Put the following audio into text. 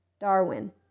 Darwin